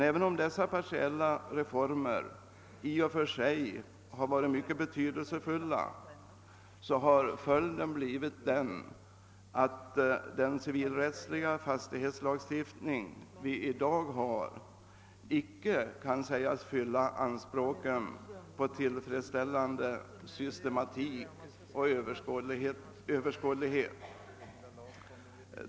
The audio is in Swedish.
Även om dessa i och för sig har varit mycket betydelsefulla, har följden blivit att den civilrättsliga fastighetslagstiftning vi i dag har icke kan anses fylla anspråken på tillfredsställande systematik och överskådlighet.